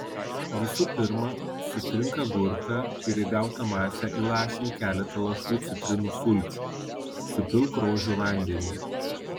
visų pirma sutrink agurką ir į gautą masę įlašink keletą lašų citrinų sulčių supilk rožių vandenį